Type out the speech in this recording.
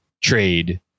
trade